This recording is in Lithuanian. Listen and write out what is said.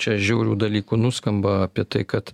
čia žiaurių dalykų nuskamba apie tai kad